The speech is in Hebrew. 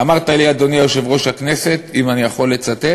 אמרת לי, אדוני יושב-ראש הכנסת, אם אני יכול לצטט